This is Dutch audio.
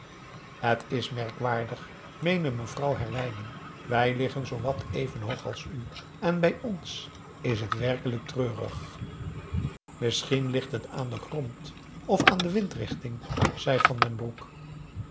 het is merkwaardig meende mevrouw van herwijnen wij liggen zoowat even hoog als u en bij ons is het werkelijk treurig misschien ligt het aan den grond of aan de windrichting zei van den broek